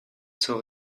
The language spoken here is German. zur